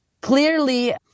clearly